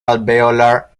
alveolar